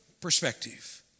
perspective